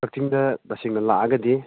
ꯀꯛꯆꯤꯡꯗ ꯇꯁꯦꯡꯅ ꯂꯥꯛꯑꯒꯗꯤ